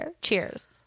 cheers